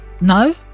No